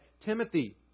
Timothy